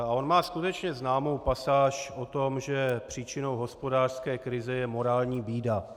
On má skutečně známou pasáž o tom, že příčinou hospodářské krize je morální bída.